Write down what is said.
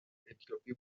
اتیوپی